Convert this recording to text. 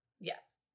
Yes